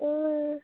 অঁ